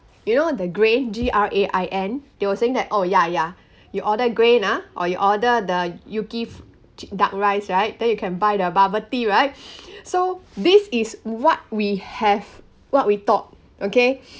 you know the grain G R A I N they were saying that oh ya ya you order grain ah or you order the yu kee chi~ duck rice right then you can buy the bubble tea right so this is what we have what we thought okay